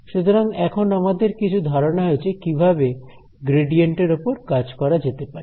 সুতরাং এখন আমাদের কিছু ধারনা হয়েছে কিভাবে গ্রেডিয়েন্ট এর উপর কাজ করা যেতে পারে